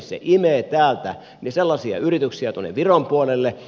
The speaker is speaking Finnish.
se imee täältä yrityksiä tuonne viron puolelle